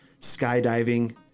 skydiving